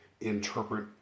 interpret